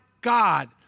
God